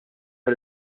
tal